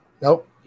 Nope